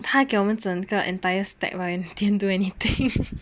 他给我们整个 entire stack like and didn't do anything